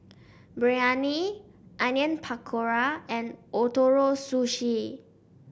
Biryani Onion Pakora and Ootoro Sushi